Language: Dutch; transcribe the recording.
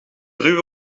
ruwe